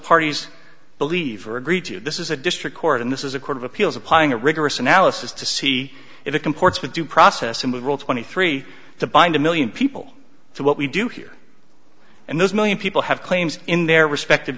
parties believe or agree to this is a district court and this is a court of appeals applying a rigorous analysis to see if it comports with due process and with rule twenty three to bind a million people to what we do here and those million people have claims in their respective